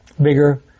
bigger